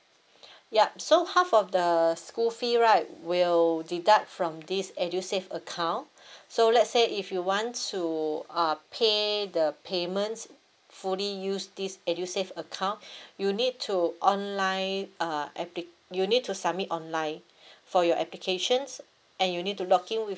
yup so half of the school fee right will deduct from this edusave account so let's say if you want to uh pay the payments fully use this edusave account you need to online uh applic~ you need to submit online for your applications and you need to log in with